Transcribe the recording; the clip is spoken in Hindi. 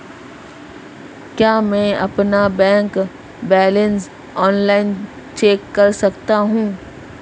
क्या मैं अपना बैंक बैलेंस ऑनलाइन चेक कर सकता हूँ?